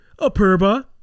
Aperba